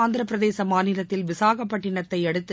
ஆந்திரப் பிரதேச மாநிலத்தில் விசாகப்பட்டினத்தையடுத்து